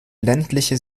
ländliche